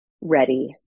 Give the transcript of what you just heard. ready